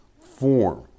form